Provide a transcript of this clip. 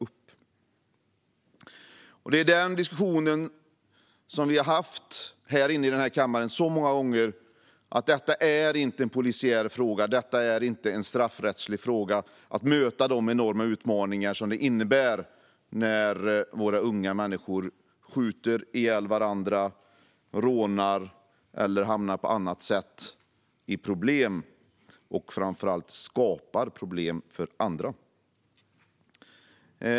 Vi har här i kammaren så ofta haft en diskussion om att det inte är en polisiär fråga eller en straffrättslig fråga att möta de enorma utmaningar som det innebär när våra unga människor skjuter ihjäl varandra, rånar eller på andra sätt hamnar i problem - och framför allt skapar problem för andra.